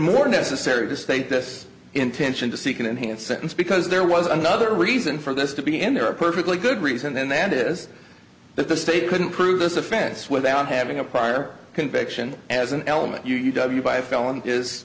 more necessary to state this intention to seek an enhanced sentence because there was another reason for this to be in there a perfectly good reason and that is that the state couldn't prove this offense without having a prior conviction as an element you w by a felony